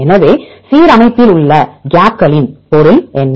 எனவே சீரமைப்பில் உள்ள இடைவெளிகளின் பொருள் என்ன